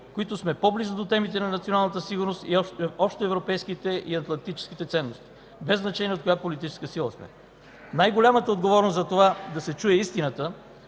които сме по-близо до темите на националната сигурност и общоевропейските и атлантическите ценности, без значение от коя политическа сила сме. Най-голямата отговорност за това да се чуе истината